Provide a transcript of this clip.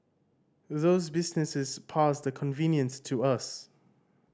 those businesses pass the convenience to us